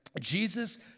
Jesus